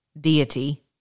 deity